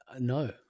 No